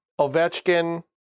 Ovechkin